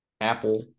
Apple